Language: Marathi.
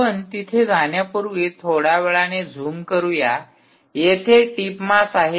आपण तिथे जाण्यापूर्वी थोड्या वेळाने झूम करू या येथे टिप मास आहे